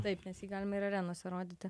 taip nes jį galima ir arenose rodyti